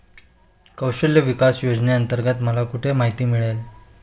कौशल्य विकास योजनेअंतर्गत मला कुठे माहिती मिळेल?